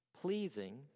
Pleasing